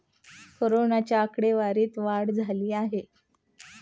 कोरोनाच्या आकडेवारीत वाढ झाली आहे